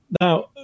Now